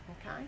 Okay